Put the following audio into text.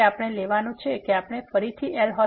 તેથી આપણે લેવાનું છે કે આપણે ફરીથી એલ